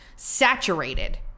Saturated